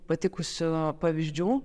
patikusių pavyzdžių